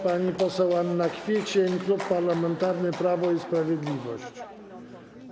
Pani poseł Anna Kwiecień, Klub Parlamentarny Prawo i Sprawiedliwość.